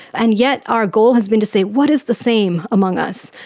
and yet our goal has been to say what is the same among us?